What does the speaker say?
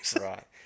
Right